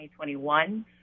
2021